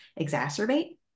exacerbate